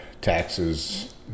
taxes